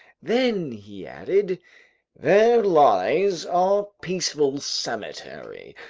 then he added there lies our peaceful cemetery,